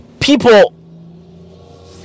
people